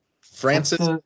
francis